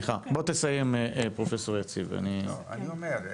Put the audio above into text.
--- אני אומר,